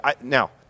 Now